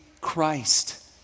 Christ